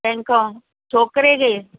कंहिंखे छोकिरे खे